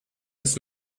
des